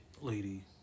lady